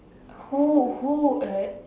who who uh